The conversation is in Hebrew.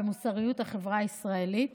במוסריות החברה הישראלית.